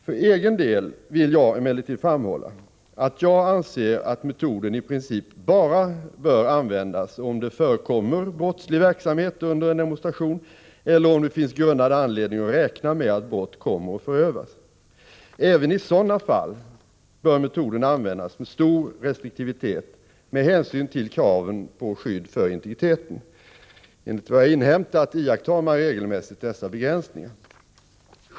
För egen del vill jag emellertid framhålla att jag anser att metoden i princip bara bör användas, om det förekommer brottslig verksamhet under en demonstration, eller om det finns grundad anledning att räkna med att brott kommer att förövas. Även i sådana fall bör metoden användas med stor restriktivitet, med hänsyn till kraven på skydd för integriteten. Enligt vad jag har inhämtat iakttar man regelmässigt dessa begränsningar.